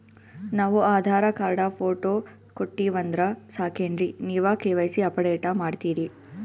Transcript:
ನಾವು Aadhaar card, photo ಕೊಟ್ಟೀವಂದ್ರ ಸಾಕೇನ್ರಿ ನೀವ ಕೆ.ವೈ.ಸಿ ಅಪಡೇಟ ಮಾಡ್ತೀರಿ?